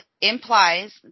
implies